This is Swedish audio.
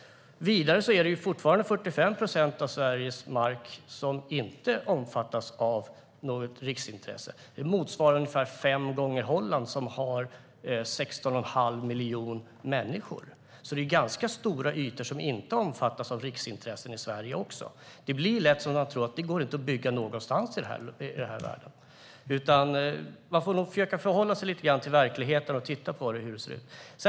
Vidare är det fortfarande 45 procent av Sveriges mark som inte omfattas av något riksintresse. Det motsvarar ungefär en yta fem gånger Holland, som har 16 1⁄2 miljon människor. Det är alltså ganska stora ytor som inte omfattas av riksintressen i Sverige. Det blir lätt så att man tror att det inte går att bygga någonstans i det här landet. Man får nog försöka förhålla sig lite grann till verkligheten och titta på hur det ser ut.